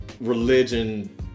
religion